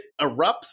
erupts